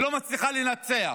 לא מצליחה לנצח.